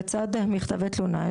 לצד מכתבי תלונה,